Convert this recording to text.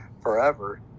forever